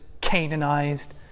canonized